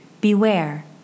beware